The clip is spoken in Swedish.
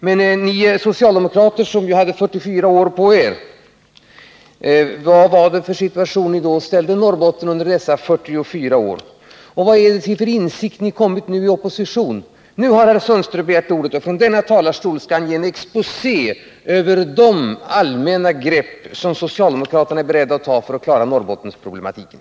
Men ni socialdemokrater, som hade 44 år på er, vad var det för situation ni ställde Norrbotten i under dessa 44 år, och vad är det för insikt ni kommit till nu i opposition? Nu har herr Sundström begärt ordet, och från denna talarstol skall han ge en exposé över de allmänna grepp som socialdemokraterna är beredda att ta för att klara Norrbottensproblematiken.